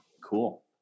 Cool